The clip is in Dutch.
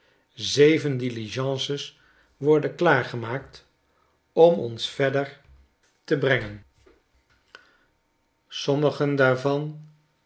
zeven diligences worden klaargemaakt om ons verder te brengen sommigen daarvan